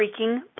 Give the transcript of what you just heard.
freaking